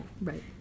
right